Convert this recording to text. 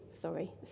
sorry